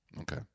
okay